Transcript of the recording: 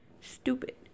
Stupid